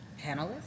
panelists